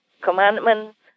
commandments